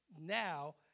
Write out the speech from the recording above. now